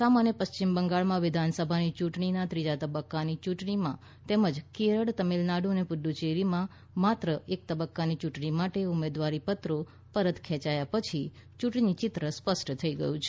આસામ અને પશ્ચિમ બંગાળમાં વિધાનસભાની ચૂંટણીના ત્રીજા તબક્કાની ચૂંટણીમાં તેમજ કેરળ તમિલનાડુ અને પુડચ્ચેરીમાં એક માત્ર તબક્કાની યૂંટણી માટે ઉમેદવારીપત્રો પરત ખેંચાયા પછી ચૂંટણી ચિત્ર સ્પષ્ટ થઈ ગયું છે